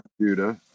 Judah